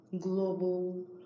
global